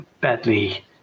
badly